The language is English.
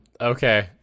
Okay